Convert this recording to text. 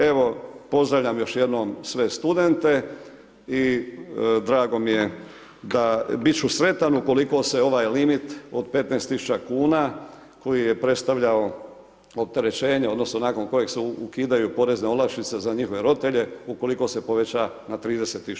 Evo, pozdravljam još jednom sve studente i drago mi je, bit ću sretan ukoliko se ovaj limit od 15.000,00 kn koji je predstavljao opterećenje odnosno nakon kojeg se ukidaju porezne olakšice za njihove roditelje ukoliko se poveća na 30.000,00 kn.